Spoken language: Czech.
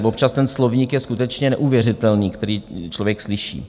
Občas ten slovník je skutečně neuvěřitelný, který člověk slyší.